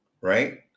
Right